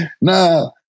Nah